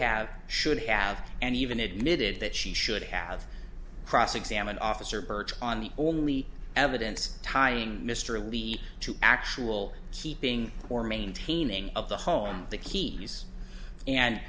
have should have and even admitted that she should have cross examined officer birch on the only evidence tying mr lee to actual keeping or maintaining of the home the keys and